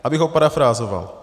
Abych ho parafrázoval.